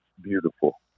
beautiful